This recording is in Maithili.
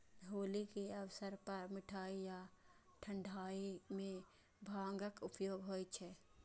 होली के अवसर पर मिठाइ आ ठंढाइ मे भांगक उपयोग होइ छै